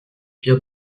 pire